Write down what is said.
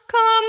Come